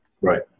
Right